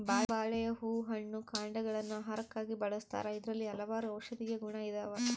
ಬಾಳೆಯ ಹೂ ಹಣ್ಣು ಕಾಂಡಗ ಳನ್ನು ಆಹಾರಕ್ಕಾಗಿ ಬಳಸ್ತಾರ ಇದರಲ್ಲಿ ಹಲವಾರು ಔಷದಿಯ ಗುಣ ಇದಾವ